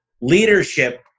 leadership